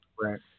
right